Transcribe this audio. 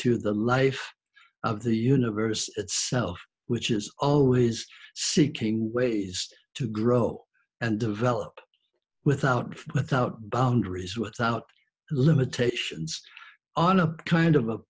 to the life of the universe itself which is always seeking ways to grow and develop without without boundaries without limitations on a kind